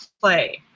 play